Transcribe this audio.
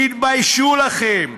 תתביישו לכם.